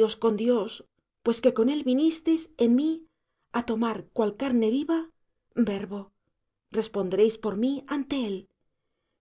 los con dios pues que con él vinisteis en mí á tomar cual carne viva verbo responderéis por mí ante él